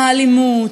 האלימות,